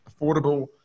affordable